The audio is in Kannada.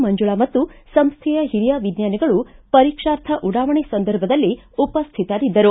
ಮಂಜುಳಾ ಮತ್ತು ಸಂಸ್ವೆಯ ಓರಿಯ ವಿಜ್ವಾನಿಗಳು ಪರೀಕ್ಷಾರ್ಥ ಉಡಾವಣೆ ಸಂದರ್ಭದಲ್ಲಿ ಉಪಸ್ಥಿತರಿದ್ದರು